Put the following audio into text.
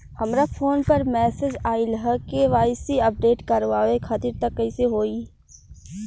हमरा फोन पर मैसेज आइलह के.वाइ.सी अपडेट करवावे खातिर त कइसे होई?